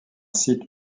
site